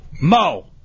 Mo